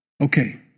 Okay